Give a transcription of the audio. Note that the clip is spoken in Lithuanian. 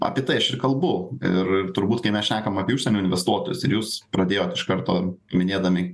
apie tai aš kalbu ir turbūt kai mes šnekam apie užsienio investuotojus ir jūs pradėjot iš karto minėdami